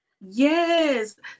Yes